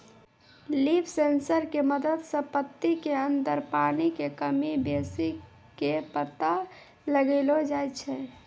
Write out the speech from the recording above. leaf sensor के मदद सॅ पत्ती के अंदर पानी के कमी बेसी के पता लगैलो जाय छै